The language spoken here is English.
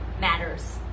matters